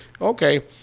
Okay